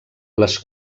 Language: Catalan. les